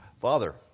Father